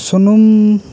ᱥᱩᱱᱩᱢ